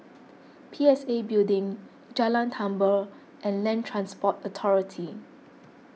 P S A Building Jalan Tambur and Land Transport Authority